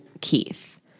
Keith